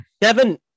Kevin